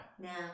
Now